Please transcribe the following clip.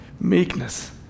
meekness